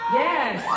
yes